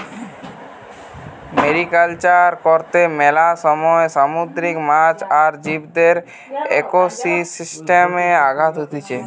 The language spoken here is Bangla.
মেরিকালচার কর্তে মেলা সময় সামুদ্রিক মাছ আর জীবদের একোসিস্টেমে আঘাত হতিছে